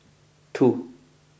two